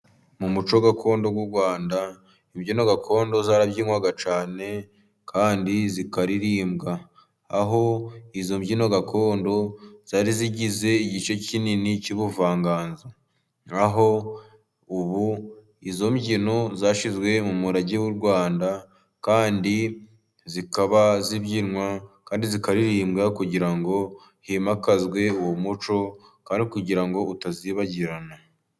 Mu muco gakondo w'u Rwanda imbyino gakondo zarabyinwaga cyane kandi zikaririmbwa, aho izo mbyino gakondo zari zigize igice kinini cy'ubuvanganzo, na ho ubu izo mbyino zashyizwe mu murage w'u Rwanda kandi zikaba zibyinywa ,kandi zikaririmbwa kugira ngo himakazwe uwo muco ,kwari ukugira ngo utazibagirana.